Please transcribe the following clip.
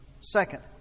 Second